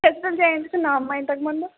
టెస్టులు చేయించుకున్నావా అమ్మ ఇంతక ముందు